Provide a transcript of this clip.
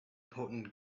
potent